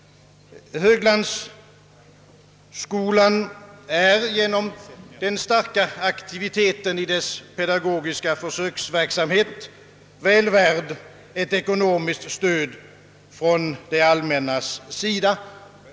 Höglandsskolan är genom den starka aktiviteten i dess pedagogiska försöksverksamhet väl värd ett ekonomiskt stöd från det allmännas sida.